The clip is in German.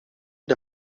der